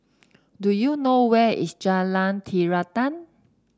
do you know where is Jalan Terentang